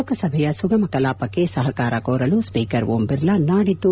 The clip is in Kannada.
ಲೋಕಸಭೆಯ ಸುಗಮ ಕಲಾಪಕ್ಕೆ ಸಹಕಾರ ಕೋರಲು ಸ್ವೀಕರ್ ಓಂ ಬಿರ್ಲಾ ನಾಡಿದ್ದು